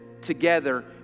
together